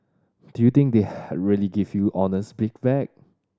do you think they really give you honest feedback